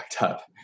up